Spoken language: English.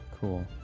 cool